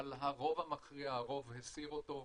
אבל הרוב המכריע הסיר אותו.